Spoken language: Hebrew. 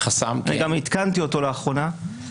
וגם עדכנתי אותו לאחרונה.